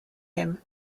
him